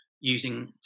using